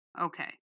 Okay